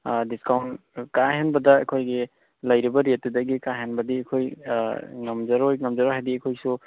discount ꯀꯥ ꯍꯦꯟꯕꯗ ꯑꯩꯈꯣꯏꯒꯤ ꯂꯩꯔꯤꯕ ꯔꯦꯠꯇꯨꯗꯒꯤ ꯀꯥ ꯍꯦꯟꯕꯗꯤ ꯑꯩꯈꯣꯏ ꯉꯝꯖꯔꯣꯏ ꯉꯝꯖꯔꯣꯏ ꯍꯥꯏꯗꯤ ꯑꯩꯈꯣꯏꯒꯤꯁꯨ